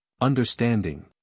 Understanding